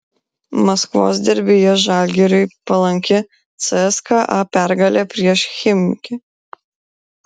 maskvos derbyje žalgiriui palanki cska pergalė prieš chimki